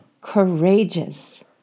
courageous